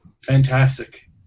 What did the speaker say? Fantastic